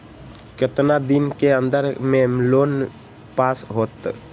कितना दिन के अन्दर में लोन पास होत?